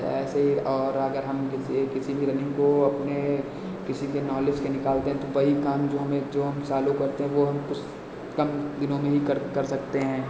ऐसे ही और अगर हम किसी एक किसी भी रनिंग को अपने किसी भी नालेज से निकालते हैं तो वही काम जो हम सालों करते हैं वह हम उस कम दिनों में ही कर कर सकते हैं